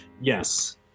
yes